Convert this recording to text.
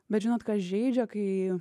bet žinot kas žeidžia kai